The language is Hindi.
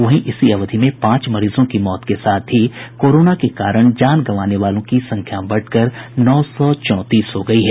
वहीं इसी अवधि में पांच मरीजों की मौत के साथ ही कोरोना के कारण जान गंवाने वालों की संख्या बढ़कर नौ सौ चांतीस हो गयी है